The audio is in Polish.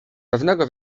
pewnego